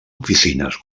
oficines